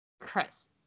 Chris